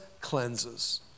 cleanses